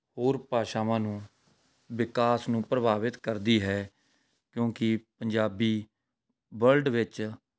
ਹੋਰ ਭਾਸ਼ਾਵਾਂ ਨੂੰ ਵਿਕਾਸ ਨੂੰ ਪ੍ਰਭਾਵਿਤ ਕਰਦੀ ਹੈ ਕਿਉੰਕਿ ਪੰਜਾਬੀ ਵਰਲਡ ਵਿੱਚ